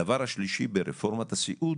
הדבר השלישי ברפורמת הסיעוד,